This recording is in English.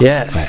Yes